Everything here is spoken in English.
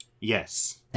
yes